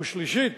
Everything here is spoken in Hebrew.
ושלישית,